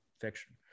fiction